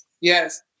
Yes